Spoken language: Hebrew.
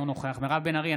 אינו נוכח מירב בן ארי,